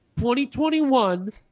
2021